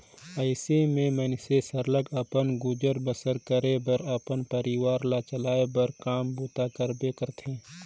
अइसे में मइनसे सरलग अपन गुजर बसर करे बर अपन परिवार ल चलाए बर काम बूता करबे करथे